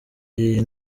iyi